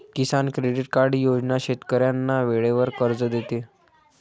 किसान credit card योजना शेतकऱ्यांना वेळेवर कर्ज देते